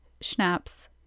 Schnapp's